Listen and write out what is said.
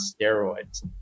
steroids